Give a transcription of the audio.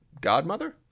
godmother